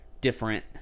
different